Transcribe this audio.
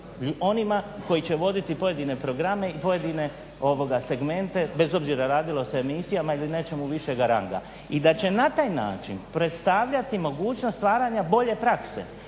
onima koji će voditi pojedine programe i pojedine segmente bez obzira radilo se o emisijama, ili nečemu višeg ranga i da će na taj način predstavljati mogućnost stvaranja bolje prakse